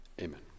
Amen